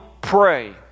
pray